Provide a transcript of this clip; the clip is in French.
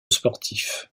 sportifs